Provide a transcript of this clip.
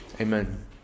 Amen